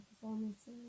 performances